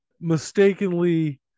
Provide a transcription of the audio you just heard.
mistakenly